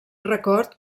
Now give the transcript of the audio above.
record